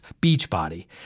Beachbody